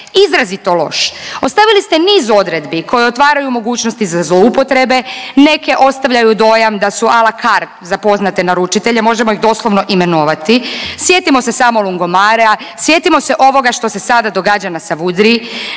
izrazito loš. Ostavili ste niz odredbi koje otvaraju mogućnosti za zloupotrebe, neke ostavljaju dojam da su a la cart za poznate naručitelje. Možemo ih doslovno imenovati. Sjetimo se samo lungo marea, sjetimo se ovoga što se sada događa na Savudriji.